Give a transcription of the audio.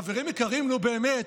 חברים יקרים, נו, באמת.